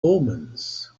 omens